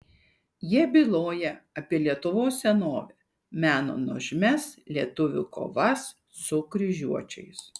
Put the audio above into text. jie byloja apie lietuvos senovę mena nuožmias lietuvių kovas su kryžiuočiais